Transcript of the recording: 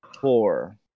four